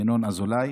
ינון אזולאי.